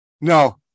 No